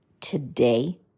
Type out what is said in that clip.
today